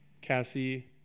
Cassie